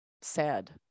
sad